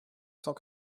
cent